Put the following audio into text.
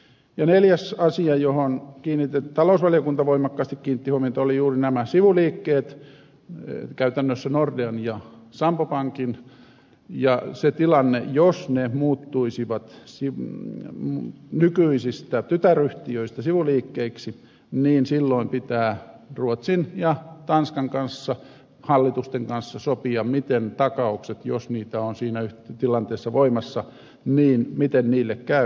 neljäs asia johon talousvaliokunta voimakkaasti kiinnitti huomiota olivat juuri nämä sivuliikkeet käytännössä nordean ja sampo pankin sivuliikkeet ja siinä tilanteessa jos ne muuttuisivat nykyisistä tytäryhtiöistä sivuliikkeiksi pitää ruotsin ja tanskan hallitusten kanssa sopia miten takauksille jos niitä on siinä tilanteessa voimassa käy